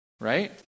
right